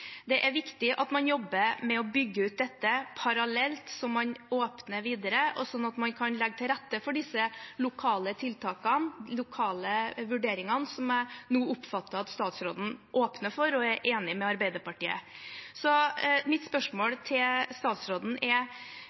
Det er viktig at man jobber med å bygge ut dette parallelt med at man åpner videre, og sånn at man kan legge til rette for disse lokale tiltakene og vurderingene, som jeg nå oppfatter at statsråden åpner for og er enig med Arbeiderpartiet i. Mitt spørsmål til statsråden er: